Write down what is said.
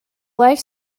life